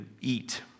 eat